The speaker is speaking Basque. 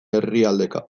herrialdeka